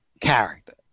character